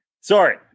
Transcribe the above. Sorry